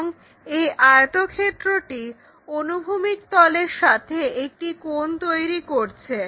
এবং এই আয়তক্ষেত্রটি অনুভূমিক তলের সাথে একটি কোণ তৈরি করছে